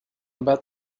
about